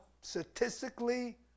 statistically